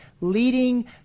Leading